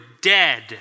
dead